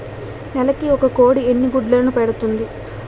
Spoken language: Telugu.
నెలకి ఒక కోడి ఎన్ని గుడ్లను పెడుతుంది?